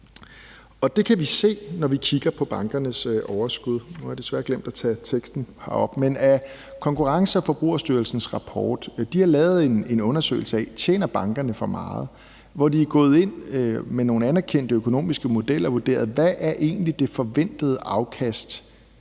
og det kan vi se, når vi kigger på bankernes overskud. Nu har jeg desværre glemt at tage teksten med herop, men af Konkurrence- og Forbrugerstyrelsens rapport fremgår det, at de har lavet en undersøgelse af, om bankerne tjener for meget. De er gået ind med nogle erkendte økonomiske modeller og har vurderet, hvad det forventede afkast